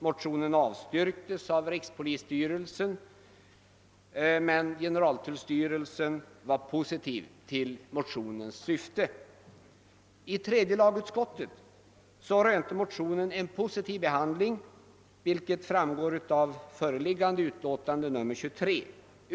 Motionen avstyrktes av rikspolisstyrelsen, men generaltullstyrelsen var positiv till motionens syfte. I tredje lagutskottet rönte motionen en positiv behandling, vilket framgår av det föreliggande utlåtandet.